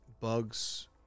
bugs